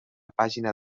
pàgina